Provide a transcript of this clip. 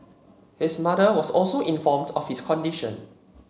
his mother was also informed of his condition